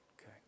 Okay